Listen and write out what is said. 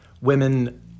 women